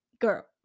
girl